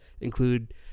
include